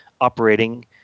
operating